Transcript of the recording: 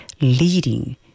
leading